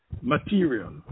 material